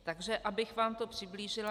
Takže abych vám to přiblížila.